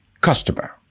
customer